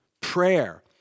Prayer